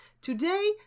Today